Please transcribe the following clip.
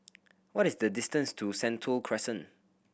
what is the distance to Sentul Crescent